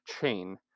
chain